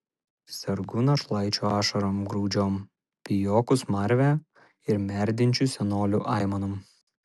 sergu našlaičių ašarom graudžiom pijokų smarve ir merdinčių senolių aimanom